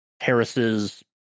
Harris's